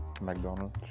McDonald's